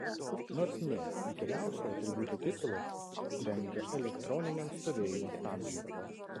nors ne įkyriausio atributo titulas tenka elektroniniam stovėjimo stabdžiui